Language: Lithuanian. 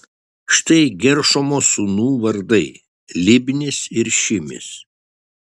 štai geršomo sūnų vardai libnis ir šimis